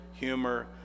humor